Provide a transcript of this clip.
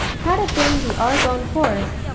had it been the argonne forest,